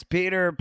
Peter